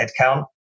headcount